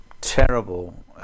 terrible